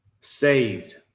Saved